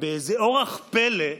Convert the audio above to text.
ובאיזה אורח פלא,